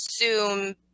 assume